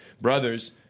brothers